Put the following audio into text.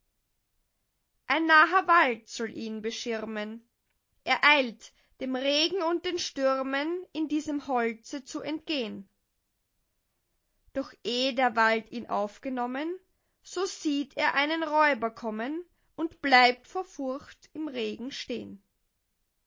ein naher wald soll ihn beschirmen er eilt dem regen und den stürmen in diesem holze zu entgehn doch eh der wald ihn aufgenommen so sieht er einen räuber kommen und bleibt vor furcht im regen stehn